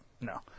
No